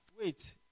Wait